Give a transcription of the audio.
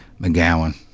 McGowan